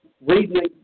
reading